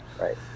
right